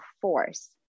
force